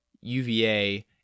UVA